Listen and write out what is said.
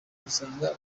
gusanga